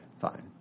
Fine